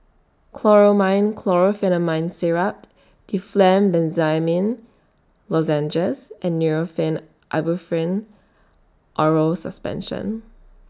Chlormine Chlorpheniramine Syrup Difflam Benzydamine Lozenges and Nurofen Ibuprofen Oral Suspension